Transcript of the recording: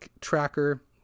tracker